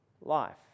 life